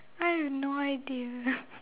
I have no idea